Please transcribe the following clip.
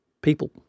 people